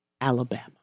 alabama